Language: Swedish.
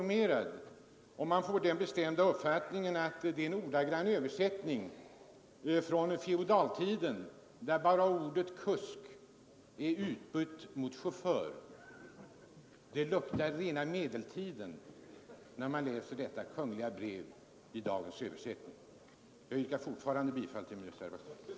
Man får den bestämda uppfattningen att det är en ordagrann upprepning av ett påbud från feodaltiden, så när som på att ordet kusk är utbytt mot chaufför. Detta kungliga brev luktar rena medeltiden. Jag yrkar bifall till min reservation.